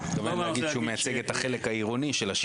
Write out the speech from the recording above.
של עיריית רמת גן, כן.